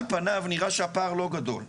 על פניו נראה שהפער לא גדול.